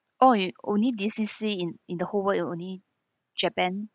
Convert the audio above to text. oh it only disneysea in in the whole world it only japan